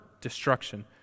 destruction